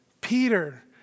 peter